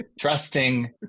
trusting